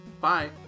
bye